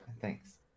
thanks